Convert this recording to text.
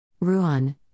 Ruan